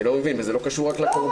אני לא מבין, זה לא קשור רק לקורבן.